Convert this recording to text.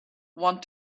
want